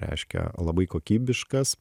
reiškia labai kokybiškas